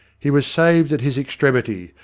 he was saved at his extremity,